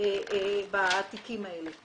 בתיקים האלה.